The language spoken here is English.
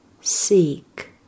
Seek